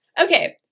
Okay